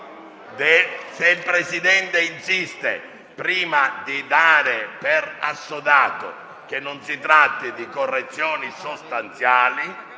Se il relatore insiste, prima di dare per assodato che non si tratti di correzioni sostanziali,